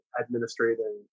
administrating